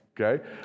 Okay